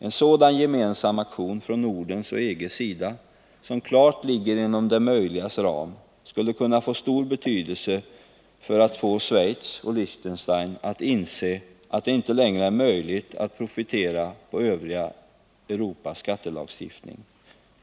En sådan gemensam aktion från Nordens och EG:s sida, som klart ligger inom det möjligas ram, skulle kunna få stor betydelse för att få Schweiz och Liechtenstein att inse att det inte längre är möjligt att profitera på det övriga Europas skattelagstiftning.